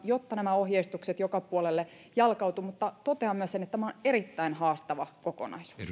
jotta nämä ohjeistukset joka puolelle jalkautuvat mutta totean myös sen että tämä on erittäin haastava kokonaisuus